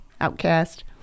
Outcast